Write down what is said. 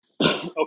okay